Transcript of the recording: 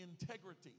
integrity